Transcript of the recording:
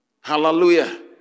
Hallelujah